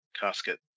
casket